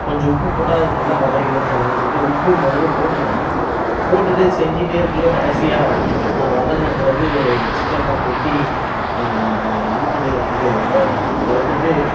கொஞ்சம் உப்பு போட்டால் அது நல்லா வதங்கிடுன்னு சொல்லுவாங்க சொல்லிட்டு உப்பு முதலே போட்டுவிட்டேன் போட்டுவிட்டு செஞ்சுட்டே இருக்குள்ள கடைசியாக வதங்கின பிறகு சிக்கன்லாம் கொட்டி இது பண்ணி இது வ வறுத்துட்டு